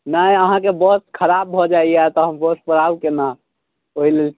नहि अहाँकेँ बस खराप भऽ जाइया तऽ हम बस पर आउ केना ओहिलेल